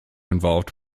involved